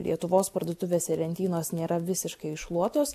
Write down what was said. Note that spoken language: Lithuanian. lietuvos parduotuvėse lentynos nėra visiškai iššluotos